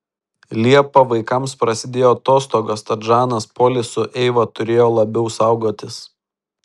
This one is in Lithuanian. liepą vaikams prasidėjo atostogos tad žanas polis su eiva turėjo labiau saugotis